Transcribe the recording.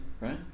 right